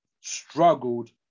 struggled